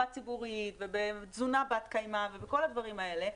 ציבורית ובתזונה בת קיימא ובכל הדברים האלה,